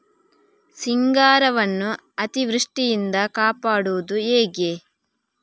ಸಿಂಗಾರವನ್ನು ಅತೀವೃಷ್ಟಿಯಿಂದ ಕಾಪಾಡುವುದು ಹೇಗೆ?